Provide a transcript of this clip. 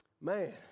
Man